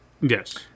yes